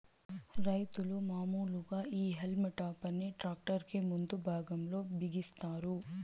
రైతులు మాములుగా ఈ హల్మ్ టాపర్ ని ట్రాక్టర్ కి ముందు భాగం లో బిగిస్తారు